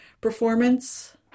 performance